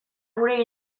gure